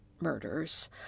murders